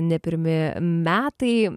ne pirmi metai